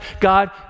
God